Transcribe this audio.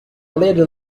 later